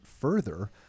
further